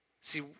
See